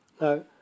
Now